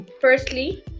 firstly